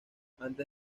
antes